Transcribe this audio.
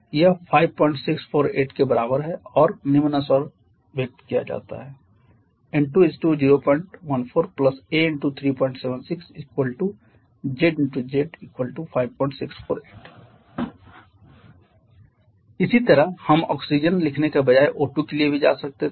यह 5648 के बराबर है और निम्नानुसार व्यक्त किया जाता है N2 014 a × 376 z 🡺 z 5648 इसी तरह हम ऑक्सीजन लिखने के बजाय O2 के लिए भी जा सकते थे